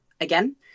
again